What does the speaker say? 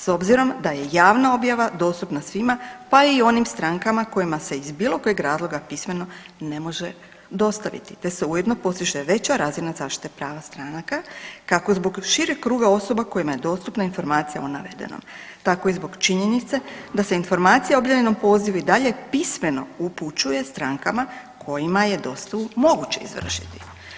S obzirom da je javna objava dostupna svima, pa i onim strankama kojima se iz bilo kojeg razloga pismeno ne može dostaviti te se ujedno postiže veća zaštita prava stranaka kako zbog šireg kruga osoba kojima je dostupna informacija o navedenom, tako i zbog činjenice da se informacija o objavljenom pozivu i dalje pismeno upućuje strankama kojima je dostavu moguće izvršiti.